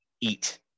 eat